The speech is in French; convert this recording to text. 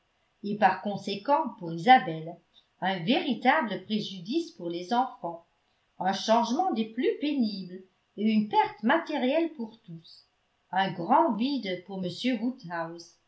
et par conséquent pour isabelle un véritable préjudice pour les enfants un changement des plus pénibles et une perte matérielle pour tous un grand vide pour